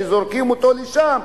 שזורקים אותו לשם,